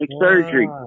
surgery